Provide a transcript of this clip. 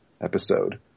episode